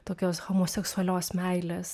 tokios homoseksualios meilės